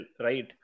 right